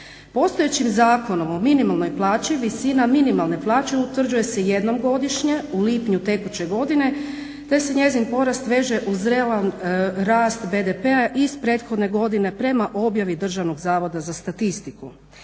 Postojećim Zakonom o minimalnoj plaći visina minimalne plaće utvrđuje se jednom godišnje u lipnju tekuće godine te se njezin porast veže uz realan rast BDP-a iz prethodne godine prema objavi Državnog zavoda za statistiku.